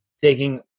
taking